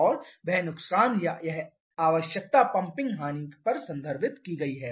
और बह नुकसान या यह आवश्यकता पंपिंग हानि पर संदर्भित की गई है